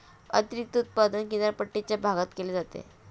अतिरिक्त उत्पादन किनारपट्टीच्या भागात केले जाते